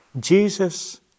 Jesus